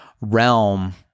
realm